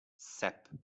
sep